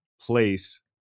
place